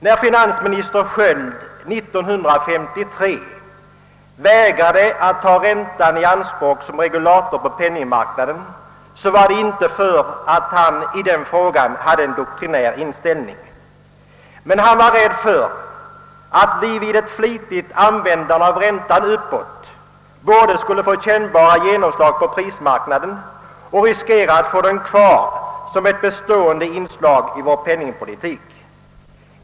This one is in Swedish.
När finansministern Sköld 1953 vägrade att ta räntan i anspråk som regulator på penningmarknaden berodde det inte på att han var doktrinär, men han var rädd för att vi vid ett flitigt användande av räntan uppåt både skulle få kännbara genomslag på prismarknaden och riskera att få den höga räntan kvar som ett bestående inslag i vår penningpolitik.